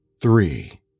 three